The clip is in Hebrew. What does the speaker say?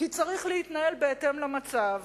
כי צריך להתנהל בהתאם למצב,